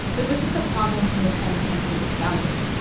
like was this a problem from the time the country was founded?